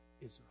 Israel